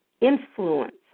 influence